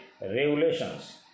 regulations